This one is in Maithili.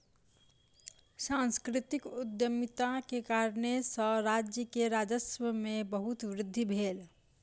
सांस्कृतिक उद्यमिता के कारणेँ सॅ राज्य के राजस्व में बहुत वृद्धि भेल